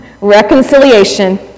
Reconciliation